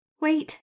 Wait